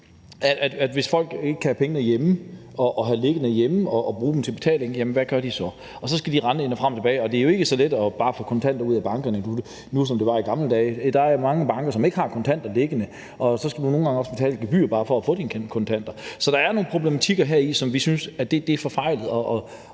hvis folk ikke kan have penge liggende hjemme og bruge dem til at betale med, hvad gør de så? Så skal de rende frem og tilbage, og det er jo ikke så let bare at få kontanter i banken, som det var i gamle dage. Der er mange banker, der ikke har kontanter liggende, og nogle gange skal man også betale et gebyr for at få kontanter. Så der er nogle problematikker heri, der gør, at vi synes, det er forfejlet.